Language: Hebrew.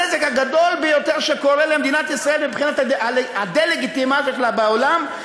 הנזק הגדול ביותר שקורה למדינת ישראל מבחינת הדה-לגיטימציה בעולם,